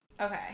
Okay